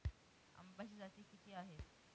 आंब्याच्या जाती किती आहेत?